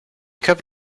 kept